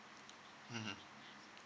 mmhmm